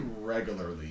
regularly